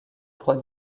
trois